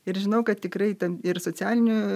ir žinau kad tikrai ten ir socialinių